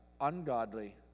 ungodly